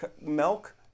milk